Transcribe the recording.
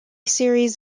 series